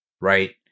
Right